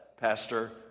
pastor